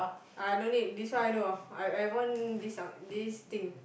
uh no need this one I know I I've won this one this thing